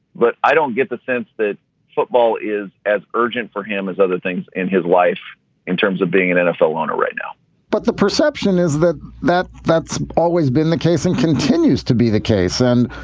but i don't get the sense that football is as urgent for him as other things in his life in terms of being an nfl owner right now but the perception is that that's that's always been the case and continues to be the case. and,